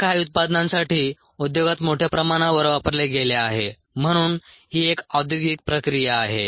हे काही उत्पादनांसाठी उद्योगात मोठ्या प्रमाणावर वापरले गेले आहे म्हणून ही एक औद्योगिक प्रक्रिया आहे